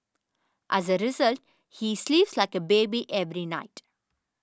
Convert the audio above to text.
as a result he sleeps like a baby every night